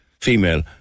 female